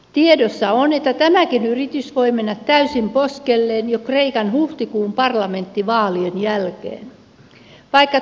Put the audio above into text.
tiedossa on että tämäkin yritys voi mennä täysin poskelleen jo kreikan huhtikuun parlamenttivaalien jälkeen